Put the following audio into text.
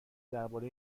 درباره